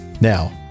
Now